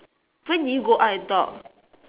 when did you go out and talk